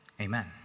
Amen